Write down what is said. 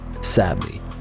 Sadly